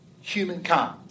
humankind